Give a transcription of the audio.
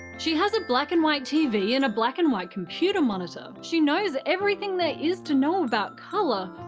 ah she has a black and white tv and a black and white computer monitor. she knows everything there is to know about color,